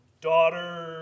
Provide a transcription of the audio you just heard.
daughter